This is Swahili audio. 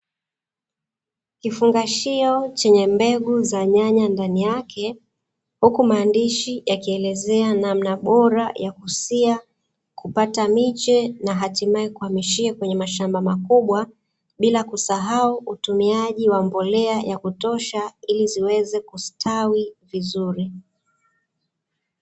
Kifungashio chenye mbegu za nyanya ndani yake, huku maandishi yakielezea namna bora ya kusia kupata miche, na hatimaye kuhamishia kwenye mashamba makubwa, bila kusahau utumiaji wa mbolea ya kutosha, ili ziweze kustawi vizuri.